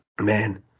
man